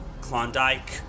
Klondike